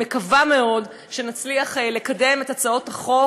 אני מקווה מאוד שנצליח לקדם את הצעות החוק